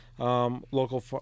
Local